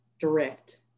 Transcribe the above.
direct